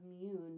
immune